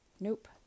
nope